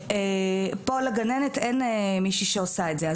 פה לגננת אין מישהי שעושה את זה.